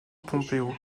pompeo